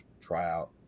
tryout